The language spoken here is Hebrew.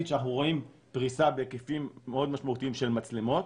שאנחנו רואים פריסה בהיקפים מאוד משמעותיים של מצלמות.